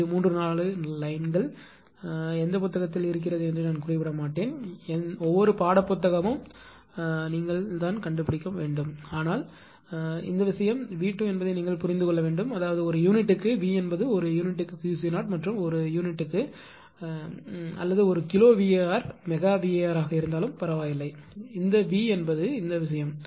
இது 3 4 லைன்கள் எந்தப் புத்தகம் இருக்கிறது என்று நான் குறிப்பிட மாட்டேன் ஒவ்வொரு பாடப் புத்தகமும் நீங்கள் கண்டுபிடிக்க வேண்டும் ஆனால் இந்த விஷயம் V2 என்பதை நீங்கள் புரிந்து கொள்ள வேண்டும் அதாவது ஒரு யூனிட்டுக்கு V என்பது ஒரு யூனிட்டுக்கு QC0 மற்றும் ஒரு யூனிட்டுக்கு அல்லது ஒரு கிலோ VAr மெகா VAr இருந்தாலும் பரவாயில்லை இந்த V என்பது இந்த விஷயம்